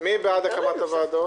אין נמנעים, אין הקמת שלוש הוועדות